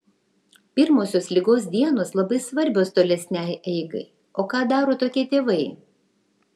pirmosios ligos dienos labai svarbios tolesnei eigai o ką daro tokie tėvai